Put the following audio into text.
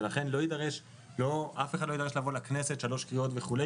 ולכן אף אחד לא יידרש לבוא לכנסת שלוש קריאות וכו',